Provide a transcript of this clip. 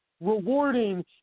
rewarding